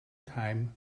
time